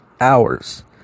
hours